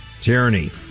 Tyranny